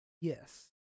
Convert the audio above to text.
Yes